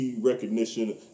recognition